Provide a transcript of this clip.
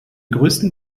größten